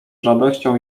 radością